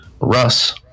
russ